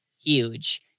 huge